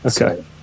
okay